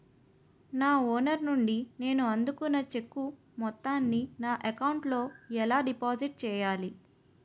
నా ఓనర్ నుండి నేను అందుకున్న చెక్కు మొత్తాన్ని నా అకౌంట్ లోఎలా డిపాజిట్ చేయాలి?